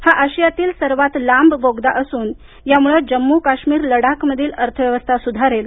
हा आशियातील सर्वात लांब बोगदा असून यामुळे जम्मूकाशमीर लडाखमधील अर्थव्यवस्था सुधारेल